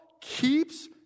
keeps